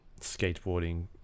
skateboarding